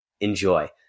enjoy